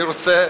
אני רוצה